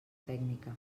tècnica